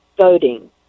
voting